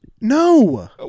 No